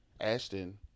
Ashton